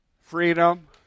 freedom